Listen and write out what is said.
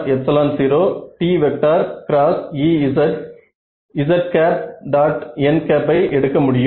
n ஐ எடுக்க முடியும்